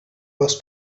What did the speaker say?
was